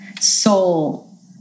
soul